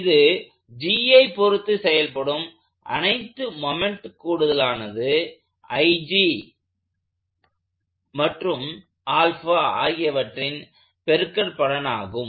இது Gஐ பொருத்து செயல்படும் அனைத்து மொமெண்ட்டம் கூடுதலானது IG இன்றும் ஆகியவற்றின் பெருக்கல் பலனாகும்